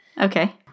Okay